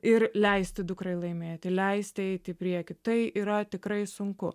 ir leisti dukrai laimėti leisti eiti į priekį tai yra tikrai sunku